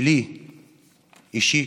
שלי אישי,